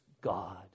God